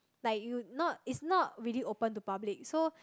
like you not it's not really open to public so